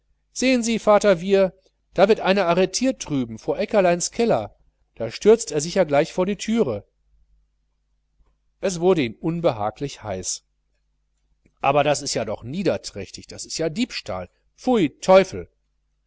sehen sie vater wiehr da wird einer arretiert drüben vor aeckerleins keller da stürzt er sicher gleich vor die thüre es wurde ihm unbehaglich heiß aber das ist ja doch niederträchtig das ist ja diebstahl pfui teufel